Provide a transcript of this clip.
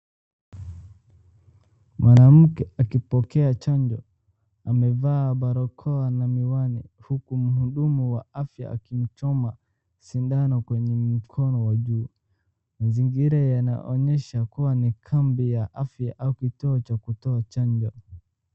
Mwanamke akipokea chanjo, amevaa barakoa na miwani huku mhudumu wa afya akimchoma sindano kwenye mkono wa juu. Mazingira yanaonyesha kuwa ni kambi ya afya au kituo cha kutoa chanjo.